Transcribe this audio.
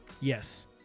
Yes